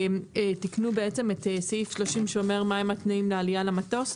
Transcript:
שתיקנו בעצם את סעיף 30 שאומר מה הם התנאים לעלייה למטוס.